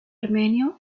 armenio